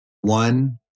One